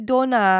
Donna